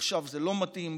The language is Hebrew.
עכשיו זה לא מתאים,